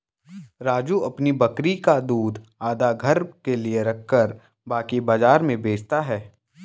राजू अपनी बकरी का दूध आधा घर के लिए रखकर बाकी बाजार में बेचता हैं